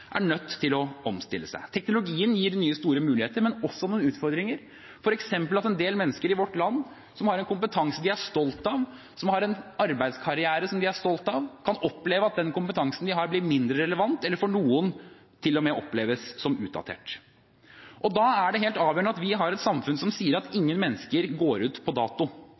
er nødt til å omstille seg. Teknologien gir nye, store muligheter, men også noen utfordringer, f.eks. at en del mennesker i vårt land som har en kompetanse de er stolt av, som har en arbeidskarriere som de er stolt av, kan oppleve at den kompetansen de har, blir mindre relevant eller for noen til og med oppleves som utdatert. Da er det helt avgjørende at vi har et samfunn som sier at ingen mennesker går ut på dato.